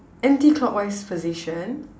anticlockwise position